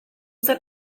zen